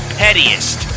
pettiest